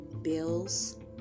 bills